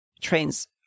trains